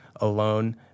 alone